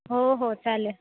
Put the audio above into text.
हो हो चालेल